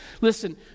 listen